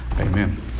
Amen